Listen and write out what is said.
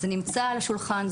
זה נמצא על השולחן,